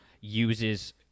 uses